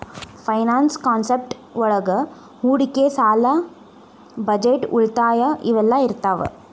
finance concept ಒಳಗ ಹೂಡಿಕಿ ಸಾಲ ಬಜೆಟ್ ಉಳಿತಾಯ ಇವೆಲ್ಲ ಇರ್ತಾವ